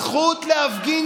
הזכות להפגין